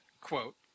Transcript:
quote